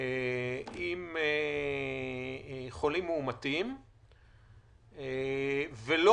עם חולים מאומתים ולא